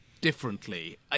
differently